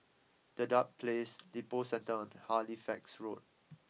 Dedap Place Lippo Centre and Halifax Road